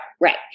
right